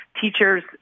Teachers